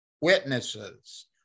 witnesses